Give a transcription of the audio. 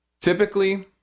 Typically